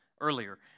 earlier